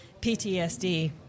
PTSD